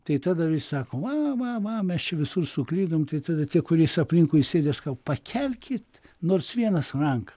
tai ta dalis sako ma ma ma mes čia visur suklydom tai tada tie kuris aplinkui sėdi aš sakau pakelkit nors vienas ranką